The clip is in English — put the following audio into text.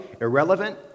irrelevant